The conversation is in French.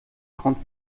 trente